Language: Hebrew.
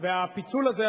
והפיצול הזה,